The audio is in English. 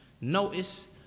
Notice